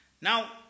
Now